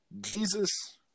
Jesus